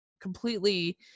completely